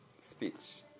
speech